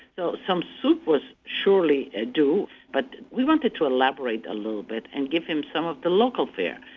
so some soup was surely ah due but we wanted to elaborate a little bit and give him some of the local fare.